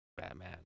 Batman